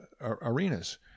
arenas